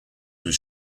was